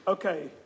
Okay